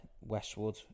Westwood